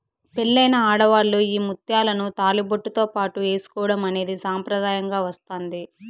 పెళ్ళైన ఆడవాళ్ళు ఈ ముత్యాలను తాళిబొట్టుతో పాటు ఏసుకోవడం అనేది సాంప్రదాయంగా వస్తాంది